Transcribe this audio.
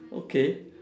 okay